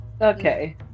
Okay